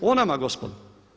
O nama gospodo.